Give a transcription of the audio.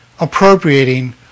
appropriating